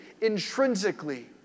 intrinsically